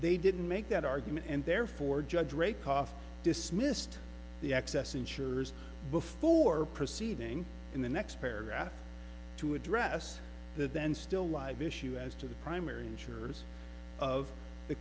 they didn't make that argument and therefore judge ray cough dismissed the excess insurers before proceeding in the next paragraph to address that then still live issue as to the primary insurers of the